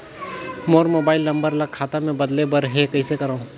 मोर mobile number ल खाता मे बदले बर हे कइसे करव?